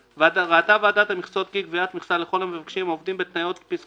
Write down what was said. ראתה ועדת המכסות כי קביעת מכסה לכל המבקשים שעומדים בתנאים לפי